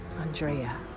Andrea